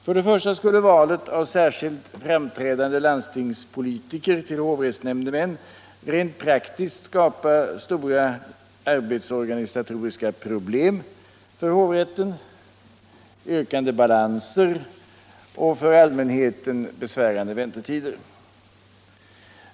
För det första skulle valet av särskilt framträdande landstingspolitiker till hovrättsnämndemän rent praktiskt skapa stora arbetsorganisatoriska problem för hovrätten, ökande balanser och för allmänheten besvärande väntetider.